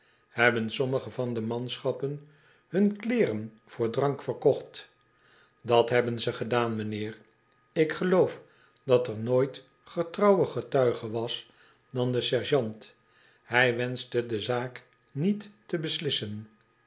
hebben sommige van de manschappen hun kleeren voor drank verkocht dat hebben ze gedaan m'nheer ik geloof dat er nooit getrouwer getuige was dan de sergeant hij wenschte de zaak niet te beslissen